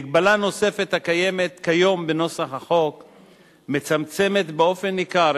מגבלה נוספת הקיימת כיום בנוסח החוק מצמצמת באופן ניכר